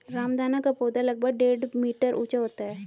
रामदाना का पौधा लगभग डेढ़ मीटर ऊंचा होता है